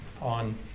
on